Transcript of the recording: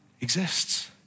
exists